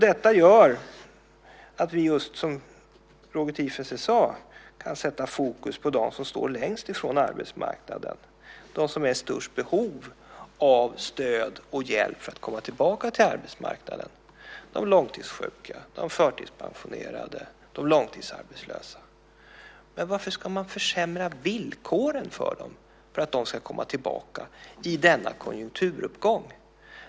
Detta gör att vi, just som Roger Tiefensee sade, kan sätta fokus på dem som står längst från arbetsmarknaden, de som har störst behov av stöd och hjälp för att komma tillbaka till arbetsmarknaden: de långtidssjuka, de förtidspensionerade och de långtidsarbetslösa. Men varför ska man försämra villkoren för dem för att de ska komma tillbaka - i denna konjunkturuppgång?